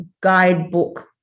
guidebook